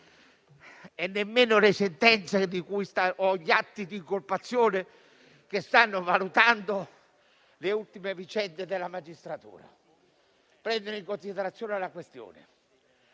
e nemmeno le sentenze o gli atti di incolpazione che stanno valutando le ultime vicende della magistratura prendono in considerazione la questione?